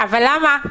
למה?